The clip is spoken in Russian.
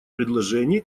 предложений